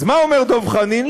אז מה אומר דב חנין?